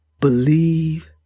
Believe